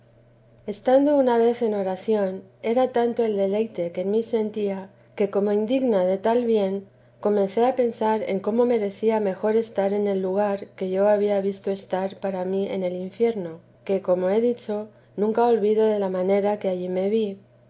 estando una vez en oración era tanto el deleite que en mí sentía que como indigna de tai bien comencé a pensar en cómo merecía mejor estar en el lugar que yo había visto estar para mí en el infierno que como he dicho nunca olvido de la manera que allí me vi